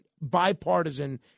bipartisan